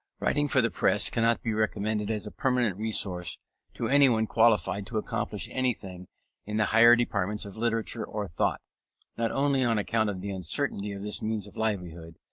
writing for the press cannot be recommended as a permanent resource to anyone qualified to accomplish anything in the higher departments of literature or thought not only on account of the uncertainty of this means of livelihood,